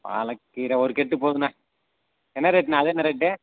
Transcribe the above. பாலக்கீரை ஒரு கட்டுப் போதும்ணே என்ன ரேட்ணே அது என்ன ரேட்டு